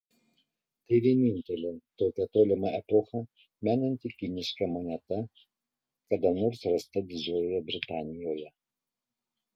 tai vienintelė tokią tolimą epochą menanti kiniška moneta kada nors rasta didžiojoje britanijoje